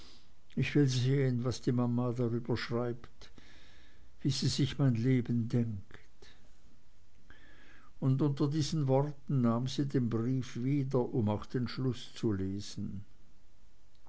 ich will sehen was die mama darüber schreibt wie sie sich mein leben denkt und unter diesen worten nahm sie den brief wieder um auch den schluß zu lesen